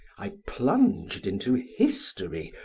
i plunged into history,